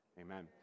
amen